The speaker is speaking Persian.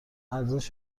ارزش